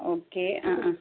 ഒക്കെ ആ ആ